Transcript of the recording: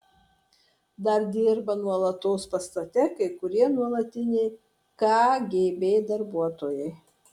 dar dirba nuolatos pastate kai kurie nuolatiniai kgb darbuotojai